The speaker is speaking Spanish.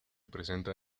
presenta